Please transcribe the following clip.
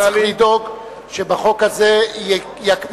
צריך לדאוג שבחוק הזה יקפידו,